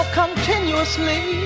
continuously